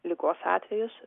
ligos atvejais